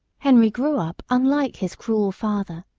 henry grew up unlike his cruel father.